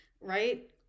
right